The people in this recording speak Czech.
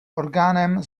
orgánem